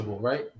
right